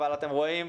אבל אתם רואים,